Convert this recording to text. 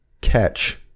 catch